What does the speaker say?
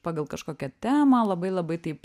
pagal kažkokią temą labai labai taip